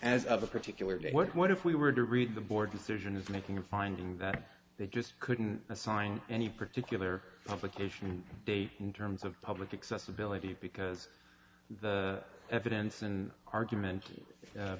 of a particular date what if we were to read the board decision of making a finding that they just couldn't assign any particular publication date in terms of public accessibility because the evidence and argument pre